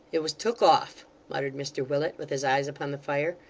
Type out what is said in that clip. it was took off muttered mr willet, with his eyes upon the fire,